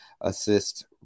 assist